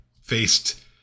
faced